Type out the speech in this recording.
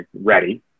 ready